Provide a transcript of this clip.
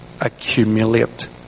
accumulate